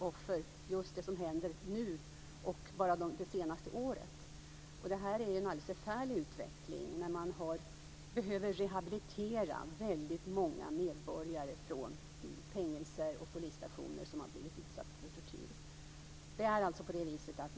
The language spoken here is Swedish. Det är sådant som har hänt det senaste året. Detta är en alldeles förfärlig utveckling. Man behöver rehabilitera väldigt många medborgare från fängelser och polisstationer som har blivit utsatta för tortyr.